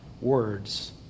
words